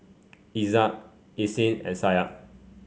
Izzat Isnin and Syah